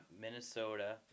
Minnesota